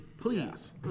please